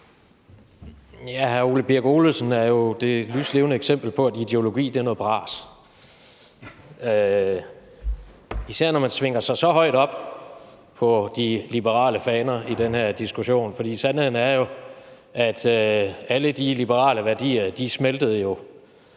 Hr. Ole Birk Olesen er jo det lyslevende eksempel på, at ideologi er noget bras – især når man svinger sig så højt op i forhold til de liberale faner i den her diskussion. For sandheden er jo, at alle de liberale værdier smeltede ved